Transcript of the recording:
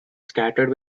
scattered